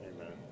Amen